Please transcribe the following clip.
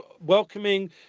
welcoming